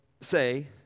say